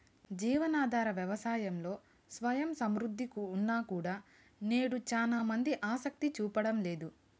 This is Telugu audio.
జీవనాధార వ్యవసాయంలో స్వయం సమృద్ధి ఉన్నా కూడా నేడు చానా మంది ఆసక్తి చూపడం లేదు